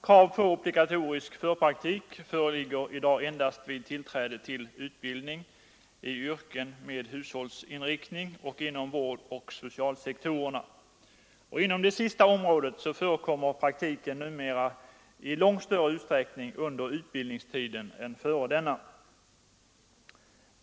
Krav på obligatorisk förpraktik föreligger i dag endast vid tillträde till utbildning i yrken med hushållsinriktning samt inom vårdoch socialsektorerna. Inom det sistnämnda området förekommer praktiken numera i långt större utsträckning under utbildningstiden än före densamma.